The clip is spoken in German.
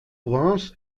prince